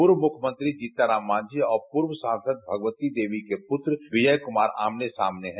पूर्व मुख्यमंत्री जीतन राम मांजी और पूर्व सांसद भगवती देवी के पूत्र विजय कुमार आमने सामने हैं